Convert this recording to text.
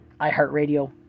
iHeartRadio